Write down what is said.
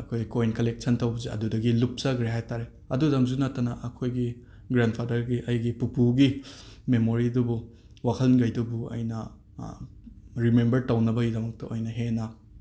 ꯑꯩꯈꯣꯏ coin collection ꯇꯧꯕꯁꯦ ꯑꯗꯨꯗꯒꯤ ꯂꯨꯞꯆꯈ꯭ꯔꯦ ꯍꯥꯏ ꯇꯥꯔꯦ ꯑꯗꯨꯗꯪꯁꯨ ꯅꯠꯇꯅ ꯑꯩꯈꯣꯏꯒꯤ ꯒ꯭ꯔꯥꯟꯐꯥꯗꯔꯒꯤ ꯑꯩꯒꯤ ꯄꯨꯄꯨꯒꯤ ꯃꯦꯃꯣꯔꯤꯗꯨꯕꯨ ꯋꯥꯈꯟꯒꯩꯗꯨꯕꯨ ꯑꯩꯅ ꯔꯤꯃꯦꯝꯕꯔ ꯇꯧꯅꯕꯒꯤꯗꯃꯛꯇ ꯑꯣꯏꯅ ꯍꯦꯟꯅ